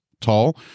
tall